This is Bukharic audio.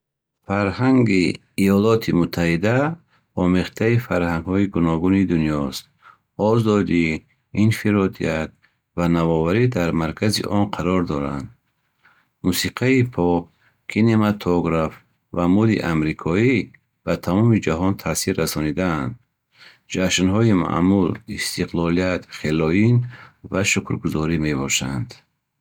Фарҳанги Иёлоти Муттаҳида омехтаи фарҳангҳои гуногуни дунёст. Озодӣ, инфиродият ва навоварӣ дар маркази он қарор доранд. Мусиқаи поп, кинематограф ва мӯди амрикоӣ ба тамоми ҷаҳон таъсир расонидаанд. Ҷашнҳои маъмул — Истиқлолият, Ҳеллоуин ва Шукргузорӣ мебошанд.